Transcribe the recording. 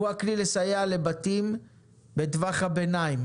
הוא הכלי לסייע לבתים בטווח הביניים,